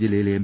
ജില്ലയിലെ എം